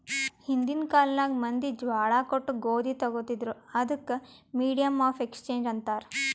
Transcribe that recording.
ಹಿಂದಿನ್ ಕಾಲ್ನಾಗ್ ಮಂದಿ ಜ್ವಾಳಾ ಕೊಟ್ಟು ಗೋದಿ ತೊಗೋತಿದ್ರು, ಅದಕ್ ಮೀಡಿಯಮ್ ಆಫ್ ಎಕ್ಸ್ಚೇಂಜ್ ಅಂತಾರ್